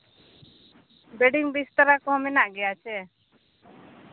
bedding ᱵᱤᱥᱛᱟᱨᱟ ᱠᱚᱦᱚᱸ ᱢᱮᱱᱟᱜ ᱜᱮᱭᱟ ᱥᱮ